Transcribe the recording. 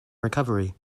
recovery